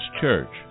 Church